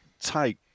take